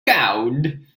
gown